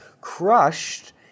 crushed